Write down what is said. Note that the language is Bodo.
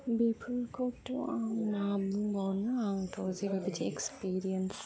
बेफोरखौथ' आं मा बुंबावनो आंथ' जेबो बिदि एक्सपिरियेन्स